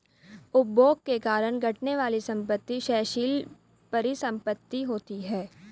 उपभोग के कारण घटने वाली संपत्ति क्षयशील परिसंपत्ति होती हैं